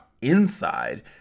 inside